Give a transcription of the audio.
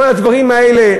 כל הדברים האלה,